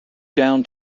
down